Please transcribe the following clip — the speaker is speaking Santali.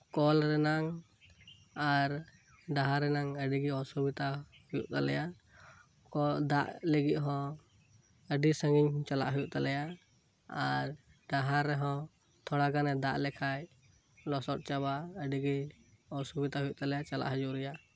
ᱠᱚᱞ ᱨᱮᱱᱟᱝ ᱟᱨ ᱰᱟᱦᱟᱨ ᱨᱮᱱᱟᱝ ᱟᱹᱰᱤᱜᱮ ᱚᱥᱩᱵᱤᱫᱷᱟ ᱦᱩᱭᱩᱜ ᱛᱟᱞᱮᱭᱟ ᱚᱠᱟ ᱫᱟᱜ ᱞᱟᱹᱜᱤᱫ ᱦᱚᱸ ᱟᱹᱰᱤ ᱥᱟᱺᱜᱤᱧ ᱪᱟᱞᱟᱜ ᱦᱩᱭᱩᱜ ᱛᱟᱞᱮᱭᱟ ᱟᱨ ᱰᱟᱦᱟᱨ ᱨᱮᱦᱚᱸ ᱛᱷᱚᱲᱟᱜᱟᱱᱮ ᱫᱟᱜ ᱞᱮᱠᱷᱟᱱ ᱞᱚᱥᱚᱫ ᱪᱟᱵᱟᱜᱼᱟ ᱟᱹᱰᱤᱜᱮ ᱚᱥᱩᱵᱤᱫᱷᱟ ᱦᱩᱭᱩᱜ ᱛᱟᱞᱮᱭᱟ ᱪᱟᱞᱟᱜ ᱦᱤᱡᱩᱜ ᱨᱮᱭᱟᱜ